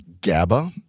GABA